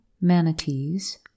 Manatees